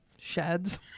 sheds